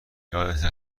یادته